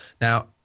Now